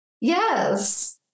Yes